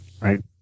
Right